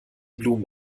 blumen